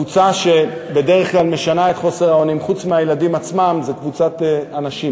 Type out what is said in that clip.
הקבוצה שבדרך כלל משנה את חוסר האונים חוץ מהילדים עצמם זו קבוצת הנשים.